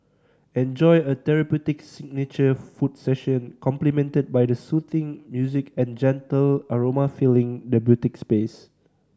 enjoy a therapeutic signature foot session complimented by the soothing music and gentle aroma filling the boutique space